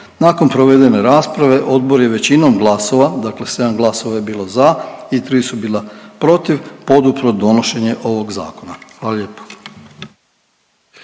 Nakon provedene rasprave, Odbor je većinom glasova, dakle 7 glasova je bilo za i 3 su bila protiv, podupro donošenje ovog Zakona. Hvala lijepo.